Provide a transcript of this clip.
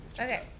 Okay